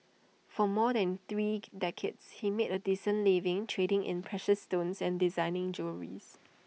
for more than three decades he made A decent living trading in precious stones and designing jewelries